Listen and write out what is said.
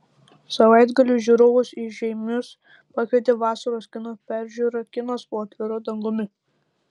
savaitgalį žiūrovus į žeimius pakvietė vasaros kino peržiūra kinas po atviru dangumi